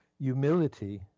humility